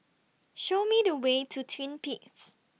Show Me The Way to Twin Peaks